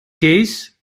case